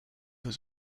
was